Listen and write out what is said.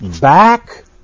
back